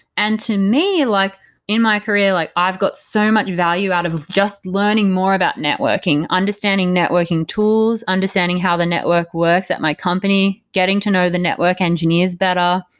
and to me like in my career, like i've got so much value out of just learning more about networking understanding networking tools, understanding how the network works at my company, getting to know the network engineers better,